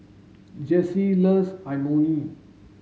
Jessie loves Imoni